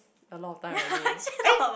a lot of time already eh